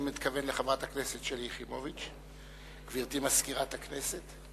לחברת הכנסת שלי יחימוביץ, גברתי מזכירת הכנסת,